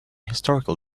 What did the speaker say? historical